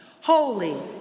Holy